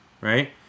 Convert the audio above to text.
right